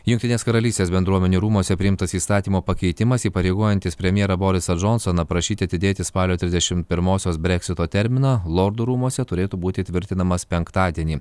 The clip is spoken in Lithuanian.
jungtinės karalystės bendruomenių rūmuose priimtas įstatymo pakeitimas įpareigojantis premjerą borisą džonsoną prašyti atidėti spalio trisdešim pirmosios breksito terminą lordų rūmuose turėtų būti įtvirtinamas penktadienį